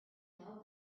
know